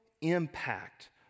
impact